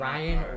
Ryan